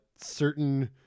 certain